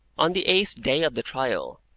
on the eighth day of the trial,